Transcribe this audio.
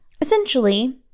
Essentially